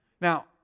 Now